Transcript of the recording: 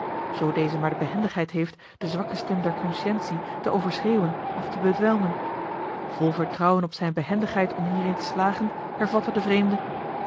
zoo deze maar de behendigheid heeft de zwakke stem der consciëntie te overschreeuwen of te bedwelmen vol vertrouwen op zijne behendigheid om hierin te slagen hervatte de vreemde